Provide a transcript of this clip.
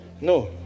No